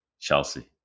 Chelsea